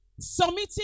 Submitting